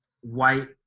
white